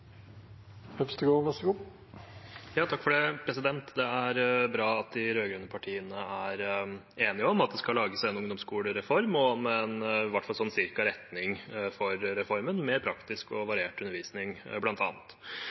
bra at de rød-grønne partiene er enige om at det skal lages en ungdomsskolereform, og om – i hvert fall sånn cirka – en retning for reformen, med mer praktisk og